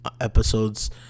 episodes